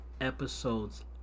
episodes